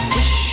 Wish